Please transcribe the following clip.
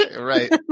Right